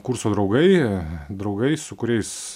kurso draugai draugai su kuriais